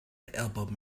elbowed